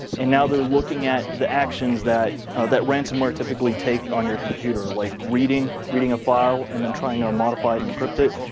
and now they're looking at the actions that that ransomware typically take on your computer, like reading reading a file and then trying to modify and encrypt it.